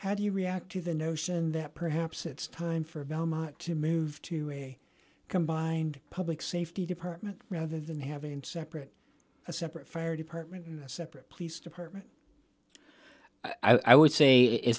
how do you react to the notion that perhaps it's time for belmont to move to a combined public safety department rather than having to separate a separate fire department and a separate police department i would say